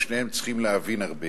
שניהם צריכים להבין הרבה.